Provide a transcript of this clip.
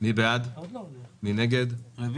רביזיה.